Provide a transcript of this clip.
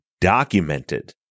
documented